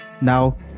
Now